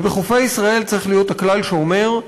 ובחופי ישראל צריך להיות הכלל שאומר: